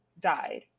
died